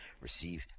receive